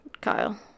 Kyle